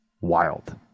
wild